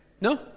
No